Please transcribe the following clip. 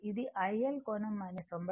ఇది iL కోణం 90 o